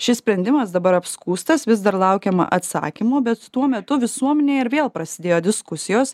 šis sprendimas dabar apskųstas vis dar laukiama atsakymo bet tuo metu visuomenėj ir vėl prasidėjo diskusijos